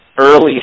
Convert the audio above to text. early